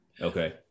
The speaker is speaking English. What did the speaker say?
Okay